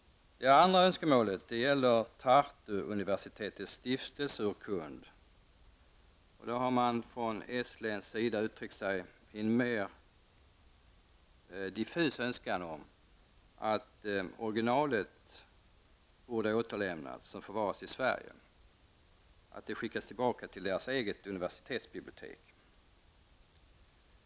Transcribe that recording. Det andra önskemålet gäller Tartuuniversitetets stiftelseurkund. Man har från estnisk sida uttryckt en mer diffus önskan om att originalet, som förvaras i Sverige, borde återlämnas och skickas tillbaka till Tartus eget universitetsbibliotek.